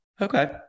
okay